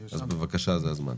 בבקשה, זה הזמן.